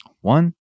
One